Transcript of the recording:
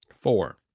Four